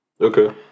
Okay